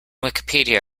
wikipedia